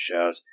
shows